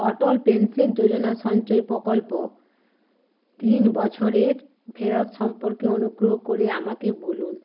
অটল pension Yojana সঞ্চয় প্রকল্প তিন বছরের ফেরত সম্পর্কে অনুগ্রহ করে আমাকে বলুন